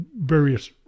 various